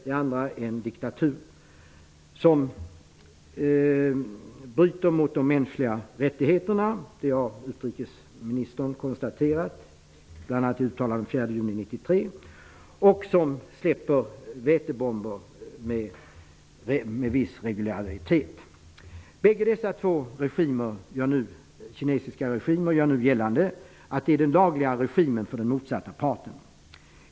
Den andra är en diktatur som bryter mot de mänskliga rättigheterna. Det har utrikesministern konstaterat, bl.a. i ett uttalande den 4 juni 1993. Man släpper också vätebomber med en viss regularitet. Bägge dessa två kinesiska regimer gör nu gällande att de är den lagliga regimen för den motsatta parten.